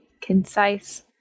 concise